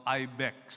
ibex